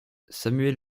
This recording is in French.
samuel